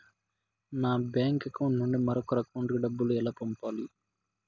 నా bank account నుండి మరొకరి అకౌంట్ కు డబ్బులు ఎలా పంపాలి